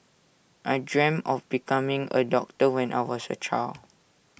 I dreamt of becoming A doctor when I was A child